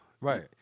right